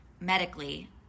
medically